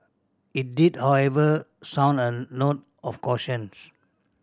it did however sound a note of cautions